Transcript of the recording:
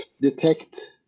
detect